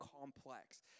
complex